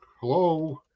hello